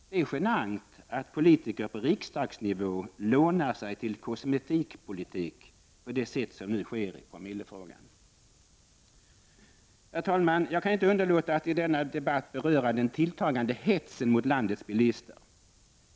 Det är genant att politiker på riksdagsnivå lånar sig till kosmetikpolitik på det sätt som nu sker i promillefrågan! Herr talman! Jag kan inte underlåta att i denna debatt beröra den tilltagande hetsen mot landets bilister.